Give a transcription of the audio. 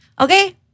Okay